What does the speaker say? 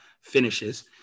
finishes